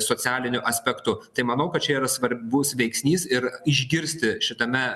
socialiniu aspektu tai manau kad čia yra svarbus veiksnys ir išgirsti šitame